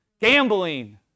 Gambling